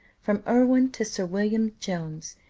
from irwin to sir william jones,